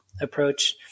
approach